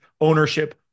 ownership